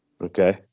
Okay